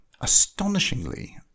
astonishingly